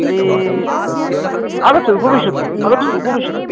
तर्हि आगच्छतु उपविशतु आगच्छतु उपविशतु